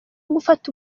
gufata